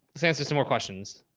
let's answer some more questions.